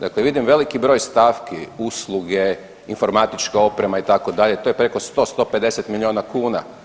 Dakle vidim veliki broj stavki, usluge, informatička oprema, itd., to je preko 100, 150 milijuna kuna.